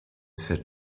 said